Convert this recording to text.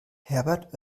herbert